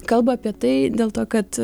kalba apie tai dėl to kad